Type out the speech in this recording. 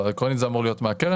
לא, עקרונית זה אמור להיות מהקרן.